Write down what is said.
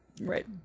right